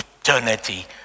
eternity